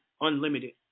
unlimited